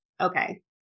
okay